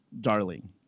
darling